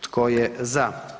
Tko je za?